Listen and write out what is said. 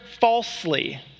falsely